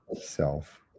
self